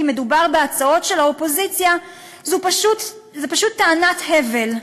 מדובר בהצעות של האופוזיציה זו פשוט טענת הבל.